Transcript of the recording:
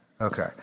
Okay